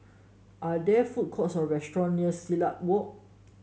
are there food courts or restaurant near Silat Walk